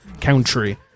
country